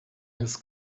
his